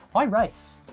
i race,